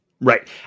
Right